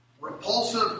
repulsive